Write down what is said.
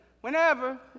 whenever